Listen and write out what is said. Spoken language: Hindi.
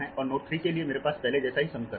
और नोड 3 के लिए मेरे पास पहले जैसा ही समीकरण है